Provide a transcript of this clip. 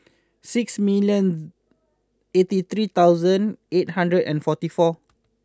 six million eighty three thousand eight hundred and forty four